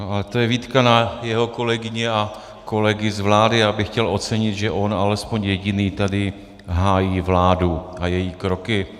Ale to je výtka na jeho kolegyně a kolegy z vlády, já bych chtěl ocenit, že on alespoň jediný tady hájí vládu a její kroky.